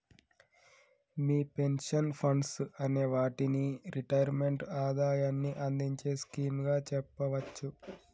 మీ pension funds అనే వాటిని retirement ఆదాయాన్ని అందించే స్కీమ్ గా చెప్పవచ్చు